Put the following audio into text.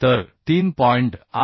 तर 3